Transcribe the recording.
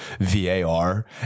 VAR